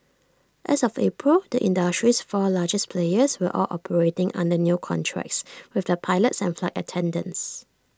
as of April the industry's four largest players were all operating under new contracts with their pilots and flight attendants